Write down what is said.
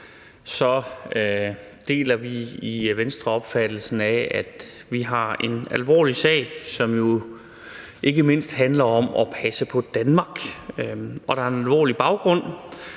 deler vi i Venstre opfattelsen af, at vi har en alvorlig sag, som jo ikke mindst handler om at passe på Danmark, og der er en alvorlig baggrund